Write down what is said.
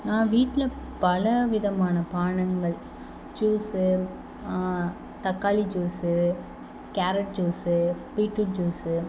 நான் வீட்டில் பலவிதமான பானங்கள் ஜூஸ்ஸு தக்காளி juice carrot juice beetroot juice